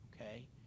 okay